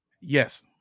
yes